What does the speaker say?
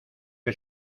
que